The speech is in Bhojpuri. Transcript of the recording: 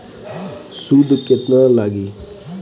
सूद केतना लागी?